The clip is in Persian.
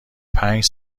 پنج